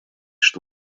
что